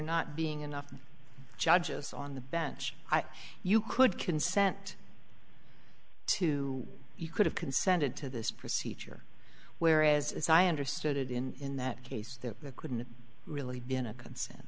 not being enough judges on the bench you could consent to you could have consented to this procedure whereas as i understood it in in that case that couldn't really been a consent